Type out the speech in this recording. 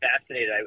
fascinated